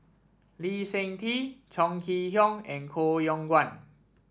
Lee Seng Tee Chong Kee Hiong and Koh Yong Guan